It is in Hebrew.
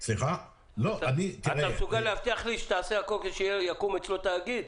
אתה מסוגל להבטיח לי שתעשה הכול כדי שיקום אצלו תאגיד?